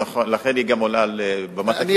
אז לכן הוא גם עולה על במת הכנסת.